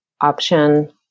option